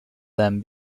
them